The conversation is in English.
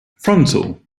frontal